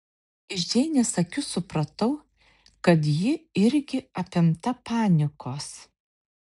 iš džeinės akių supratau kad ji irgi apimta panikos